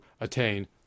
attain